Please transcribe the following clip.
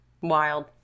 Wild